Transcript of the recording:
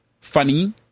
Funny